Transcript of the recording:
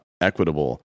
equitable